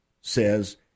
says